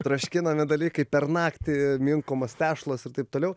troškinami dalykai per naktį minkomos tešlos ir taip toliau